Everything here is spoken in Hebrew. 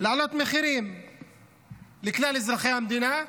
להעלות מחירים לכלל אזרחי המדינה.